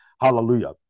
Hallelujah